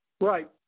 Right